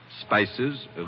spices